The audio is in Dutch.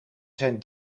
zijn